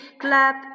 Clap